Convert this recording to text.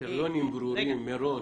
--- קריטריונים ברורים מראש.